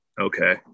Okay